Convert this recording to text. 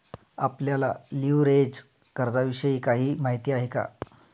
आपल्याला लिव्हरेज कर्जाविषयी काही माहिती आहे का?